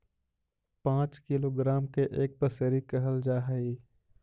पांच किलोग्राम के एक पसेरी कहल जा हई